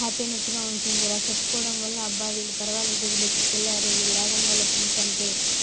హ్యాపీనెస్గా ఉంటుంది ఇలా చెప్పుకోవడం వల్ల అబ్బా వీళ్ళు పరవాలేదు వీళ్ళ ఎక్కడికి వెళ్లారు వీళ్ళ ఉండాలి ఫ్రెండ్స్ అంటే